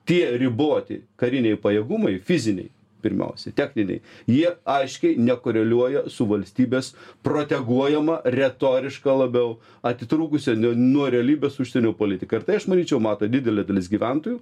tie riboti kariniai pajėgumai fiziniai pirmiausia techniniai jie aiškiai nekoreliuoja su valstybės proteguojama retoriška labiau atitrūkusia nuo realybės užsienio politika ir tai aš manyčiau mato didelė dalis gyventojų